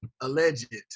Alleged